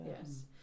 yes